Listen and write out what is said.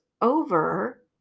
over